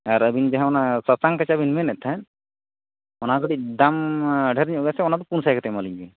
ᱟᱨ ᱟᱵᱤᱱ ᱡᱟᱦᱟᱸ ᱚᱱᱟ ᱥᱟᱥᱟᱝ ᱠᱟᱪᱷᱟ ᱵᱮᱱ ᱢᱮᱱᱮᱫ ᱛᱟᱦᱮᱱ ᱚᱱᱟ ᱠᱟᱹᱴᱤᱡ ᱫᱟᱢ ᱰᱷᱮᱹᱨ ᱧᱚᱜ ᱜᱮᱭᱟ ᱚᱱᱟ ᱯᱩᱱ ᱥᱟᱭ ᱠᱟᱛᱮᱫ ᱮᱢᱟᱞᱤᱧ ᱵᱮᱱ